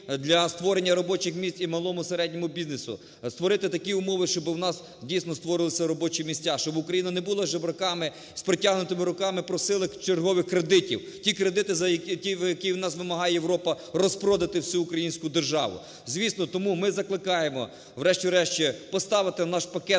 для створення робочих місць і малому, і середньому бізнесу. Створити такі умови, щоб у нас, дійсно, створювалися робочі місця, щоб Україна не була жебраками з протягнутими руками просила чергових кредитів, ті які у нас вимагає Європа, розпродати всю українську державу. Звісно, тому ми закликаємо врешті-решт поставити наш пакет